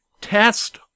Test